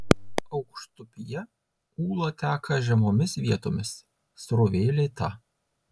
aukštupyje ūla teka žemomis vietomis srovė lėta